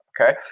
okay